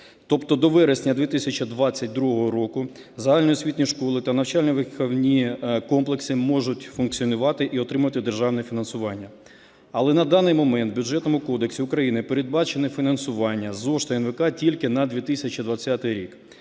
Тобто до вересня 2022 року загальноосвітні школи та навчально-виховні комплекси можуть функціонувати і отримувати державне фінансування. Але на даний момент в Бюджетному кодексі України передбачено фінансування ЗОШ та НВК тільки на 2020 рік.